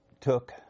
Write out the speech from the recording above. took